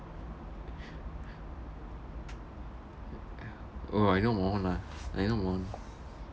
oh I know lah I know